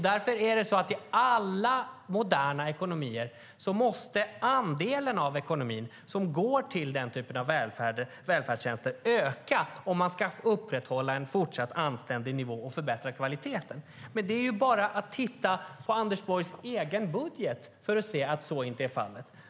Därför är det så i alla moderna ekonomier att den andel av ekonomin som går till den typen av välfärdstjänster måste öka om man ska upprätthålla en fortsatt anständig nivå och förbättra kvaliteten. Men det är ju bara att titta på Anders Borgs egen budget för att se att så inte är fallet.